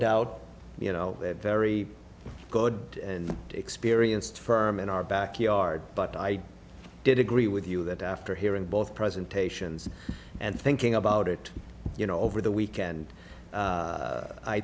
doubt you know they're very good and experienced firm in our backyard but i did agree with you that after hearing both presentations and thinking about it you know over the weekend